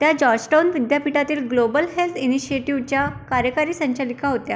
त्या जॉर्जटाऊन विद्यापीठातील global health इनिशिएटिव्हच्या कार्यकारी संचालिका होत्या